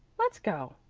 let's go.